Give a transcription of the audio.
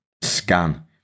scan